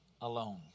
alone